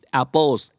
apples